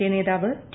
K നേതാവ് T